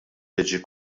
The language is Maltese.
tiġi